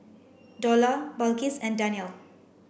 Dollah Balqis and Danial